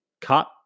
cut